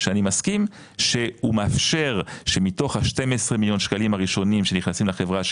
שאני מסכים שהוא מאפשר שמתוך 12 מיליון שקלים הראשונים שנכנסים לחברה,